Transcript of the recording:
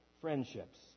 friendships